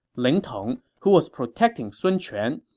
ling tong, who was protecting sun quan,